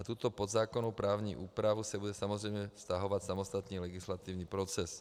Na tuto podzákonnou právní úpravu se bude samozřejmě vztahovat samostatný legislativní proces.